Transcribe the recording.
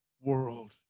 world